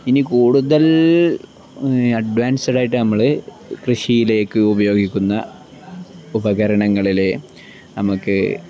ഇനി കൂടുതൽ അഡ്വാൻസ്ഡ് ആയിട്ട് നമ്മൾ കൃഷിയിലേക്ക് ഉപയോഗിക്കുന്ന ഉപകരണങ്ങളിലെ നമുക്ക്